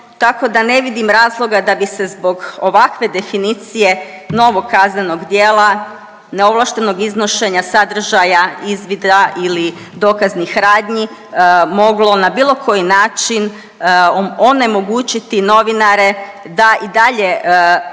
tako da ne vidim razloga da bi se zbog ovakve definicije novog kaznenog djela, neovlaštenog iznošenja sadržaja izvida ili dokaznih radnji moglo na bilo koji način onemogućiti novinare da i dalje